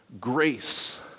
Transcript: grace